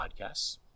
podcasts